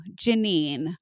Janine